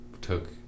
took